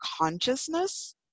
consciousness